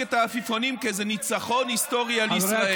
את העפיפונים כאיזה ניצחון היסטורי על ישראל.